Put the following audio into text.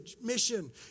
mission